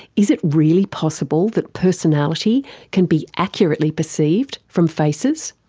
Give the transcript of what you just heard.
is it really possible that personality can be accurately perceived from faces?